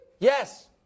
Yes